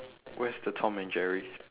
where's the tom and jerry